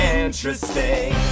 interesting